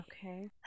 Okay